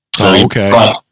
okay